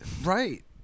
Right